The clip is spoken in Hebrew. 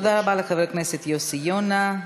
תודה לחבר הכנסת יוסי יונה.